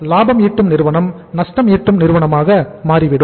லாபம் ஈட்டும் நிறுவனம் நஷ்டம் ஈட்டும் நிறுவனமாக மாறிவிடும்